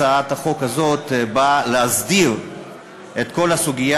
הצעת החוק הזאת באה להסדיר את כל הסוגיה